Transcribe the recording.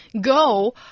go